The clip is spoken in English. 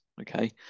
Okay